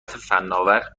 فناور